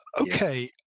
okay